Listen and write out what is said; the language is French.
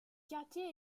quartier